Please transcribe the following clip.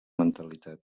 mentalitat